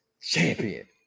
champion